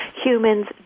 Humans